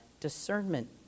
discernment